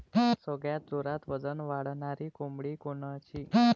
सगळ्यात जोरात वजन वाढणारी कोंबडी कोनची?